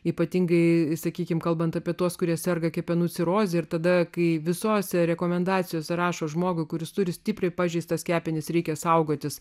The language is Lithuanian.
ypatingai sakykime kalbant apie tuos kurie serga kepenų ciroze ir tada kai visose rekomendacijose rašo žmogų kuris turi stipriai pažeistas kepenis reikia saugotis